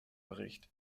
bericht